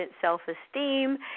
self-esteem